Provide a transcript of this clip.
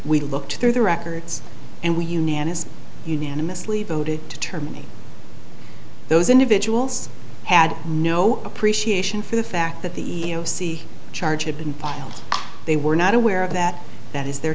we looked through the records and we unanimously unanimously voted to terminate those individuals had no appreciation for the fact that the e e o c charge had been filed they were not aware of that that is their